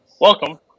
Welcome